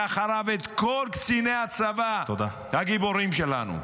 ואחריו, את כל קציני הצבא הגיבורים שלנו.